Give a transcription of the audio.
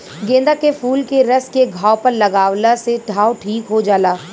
गेंदा के फूल के रस के घाव पर लागावला से घाव ठीक हो जाला